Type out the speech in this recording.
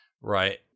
Right